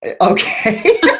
okay